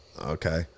okay